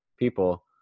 people